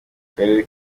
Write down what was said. karere